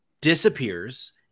disappears